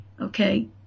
okay